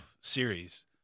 series